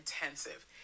intensive